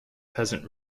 peasant